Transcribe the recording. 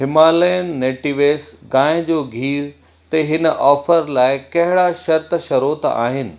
Himalayan natives गाहिं जो गिह ते हिन ऑफर लाइ कहिड़ा शर्त शरोत आहिनि